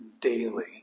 daily